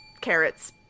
carrots